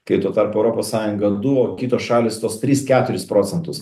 kai tuo tarpu europos sąjunga du o kitos šalys tuos tris keturis procentus